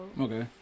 Okay